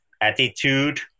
attitude